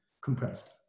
compressed